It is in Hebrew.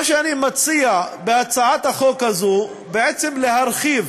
מה שאני מציע בהצעת החוק הזאת הוא בעצם להרחיב,